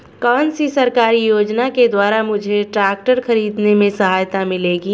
कौनसी सरकारी योजना के द्वारा मुझे ट्रैक्टर खरीदने में सहायता मिलेगी?